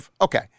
okay